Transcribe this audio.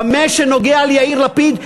במה שנוגע ליאיר לפיד,